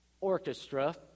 orchestra